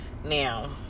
now